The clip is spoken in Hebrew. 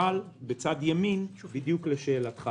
בדיוק לשאלתך